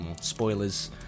spoilers